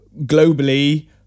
globally